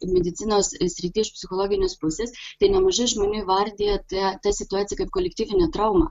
medicinos srity iš psichologinės pusės tai nemažai žmonių įvardija tą tą situaciją kaip kolektyvinę traumą